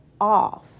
off